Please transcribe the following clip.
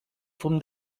fum